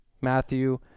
Matthew